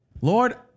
Lord